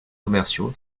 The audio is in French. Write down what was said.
commerciaux